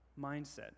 mindset